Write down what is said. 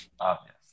Obvious